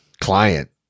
client